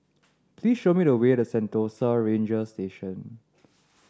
please show me the way to Sentosa Ranger Station